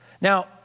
Now